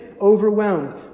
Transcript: overwhelmed